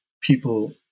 people